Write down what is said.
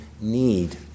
need